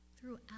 throughout